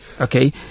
okay